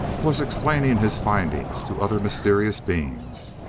was explaining his findings to other mysterious beings.